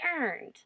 earned